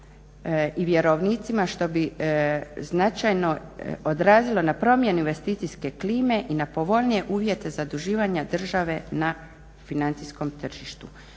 i vjerovnicima što bi se značajno odrazilo na promjenu investicijske klime i na povoljnije uvjete zaduživanja države na financijskom tržištu.